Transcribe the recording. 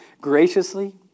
graciously